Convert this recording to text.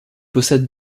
possède